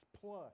plus